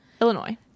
Illinois